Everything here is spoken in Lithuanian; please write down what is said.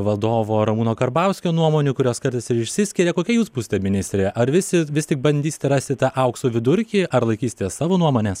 vadovo ramūno karbauskio nuomonių kurios kartais ir išsiskiria kokia jūs būsite ministrė ar visi vis tik bandysite rasti tą aukso vidurkį ar laikysitės savo nuomonės